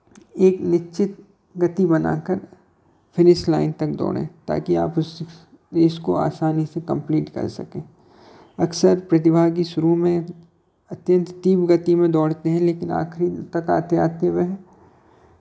एक निश्चित दूरी बना कर फिनिश लाइन तक दौड़ें ताकि आप इस इसको आसानी से कम्प्लीट कर सकें अक्सर प्रतिभागी शुरू में अत्यन्त तीव्र गति में दौड़ते हैं लेकिन आखिरी तक आते आते वह